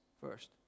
first